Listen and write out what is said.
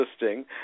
interesting